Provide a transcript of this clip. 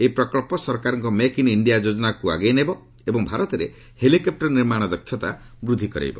ଏହି ପ୍ରକଳ୍ପ ସରକାରଙ୍କ ମେକ୍ ଇନ୍ ଇଣ୍ଡିଆ ଯୋଜନାକୁ ଆଗେଇ ନେବ ଏବଂ ଭାରତରେ ହେଲିକପ୍ଟର ନିର୍ମାଣ ଦକ୍ଷତା ବୃଦ୍ଧି କରାଇବ